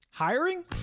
hiring